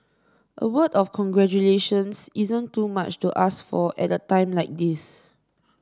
a word of congratulations isn't too much to ask for at a time like this